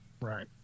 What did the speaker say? right